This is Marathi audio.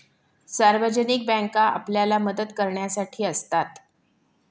सार्वजनिक बँका आपल्याला मदत करण्यासाठी असतात